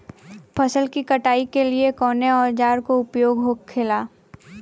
फसल की कटाई के लिए कवने औजार को उपयोग हो खेला?